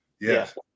yes